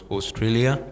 Australia